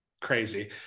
crazy